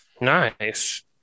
Nice